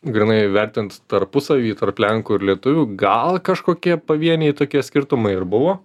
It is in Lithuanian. grynai vertint tarpusavy tarp lenkų ir lietuvių gal kažkokie pavieniai tokie skirtumai ir buvo